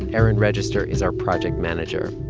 erin register is our project manager.